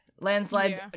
landslides